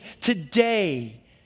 Today